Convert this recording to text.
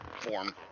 form